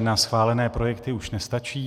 na schválené projekty, už nestačí.